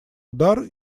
удар